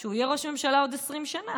שהוא יהיה ראש ממשלה עוד 20 שנה.